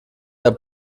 der